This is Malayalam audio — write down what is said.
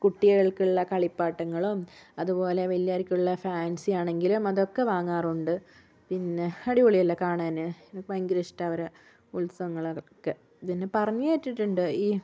കുട്ടികൾക്കുള്ള കളിപ്പാട്ടങ്ങളും അത്പോലെ വെല്യോരിക്ക്ള്ള ഫാൻസി ആണെങ്കിലും അതൊക്കെ വാങ്ങാറുണ്ട് പിന്നെ അടിപൊളി അല്ലെ കാണാന് ഭയങ്കര ഇഷ്ടമാണ് അവരെ ഉത്സവങ്ങളൊക്കെ പിന്നെ പറഞ്ഞുകേട്ടിട്ടുണ്ട് ഈ